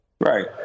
Right